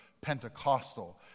Pentecostal